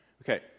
Okay